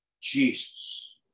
jesus